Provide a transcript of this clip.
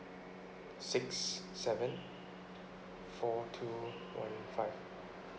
six seven four two one five